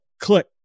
click